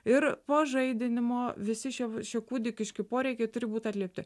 ir pažaidinimo visi šie maži kūdikiški poreikiai turi būti atlikti